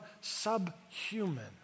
subhuman